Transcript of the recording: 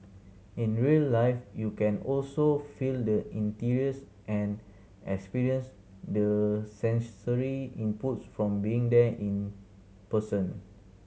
in real life you can also feel the interiors and experience the sensory inputs from being there in person